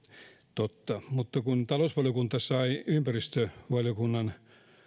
totta mutta kun talousvaliokunta sai ympäristövaliokunnan